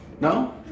No